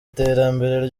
iterambere